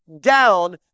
down